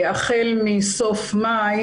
החל מסוף מאי